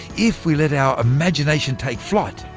if we let our imagination take flight,